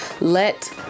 let